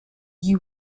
you